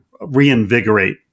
reinvigorate